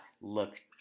look